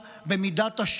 מרי, מרי.